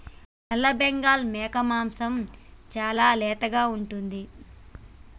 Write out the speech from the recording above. నల్లబెంగాల్ మేక మాంసం చాలా లేతగా ఉంటుంది